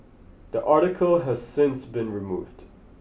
that article has since been removed